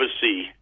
see